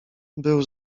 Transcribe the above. był